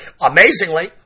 Amazingly